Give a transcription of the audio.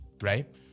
right